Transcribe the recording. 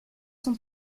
sont